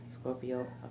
Scorpio